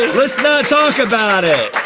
let's not talk about it.